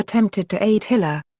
attempted to aid hilscher.